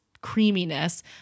creaminess